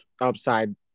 upside